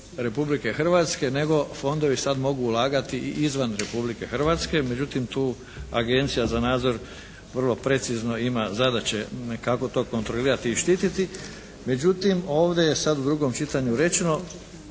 Republike Hrvatske nego fondovi sada mogu ulagati i izvan Republike Hrvatske. Međutim tu Agencija za nadzor vrlo precizno ima zadaće kako to kontrolirati i štititi. Međutim ovdje je sada u drugom čitanju rečeno